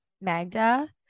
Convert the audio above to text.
Magda